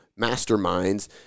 masterminds